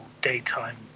daytime